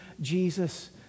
Jesus